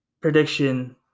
prediction